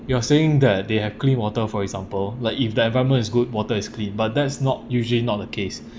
you are saying that they have clean water for example like if the environment is good water is clean but that's not usually not the case